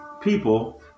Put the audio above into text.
people